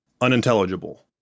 Unintelligible